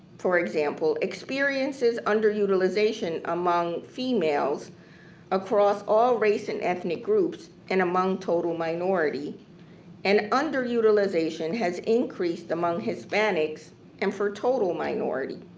for example experiences underutilization among females across all race and ethnic groups and among total minority and underutilization has increased among hispanics and or total minority.